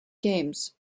games